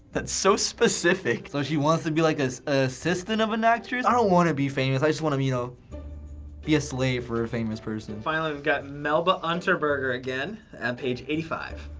that's so specific. so, she wants to be like an ah assistant of an actress. i don't wanna be famous, i just wanna you know be a slave for a famous person. and finally, we've got melba unterberger again at page eighty five.